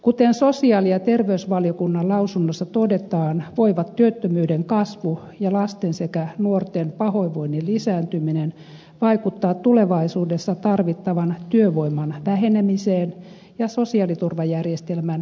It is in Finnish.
kuten sosiaali ja terveysvaliokunnan lausunnossa todetaan voivat työttömyyden kasvu ja lasten sekä nuorten pahoinvoinnin lisääntyminen vaikuttaa tulevaisuudessa tarvittavan työvoiman vähenemiseen ja sosiaaliturvajärjestelmän kuormittumiseen